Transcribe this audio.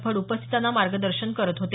फड उपस्थितांना मार्गदशन करत होते